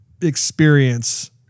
experience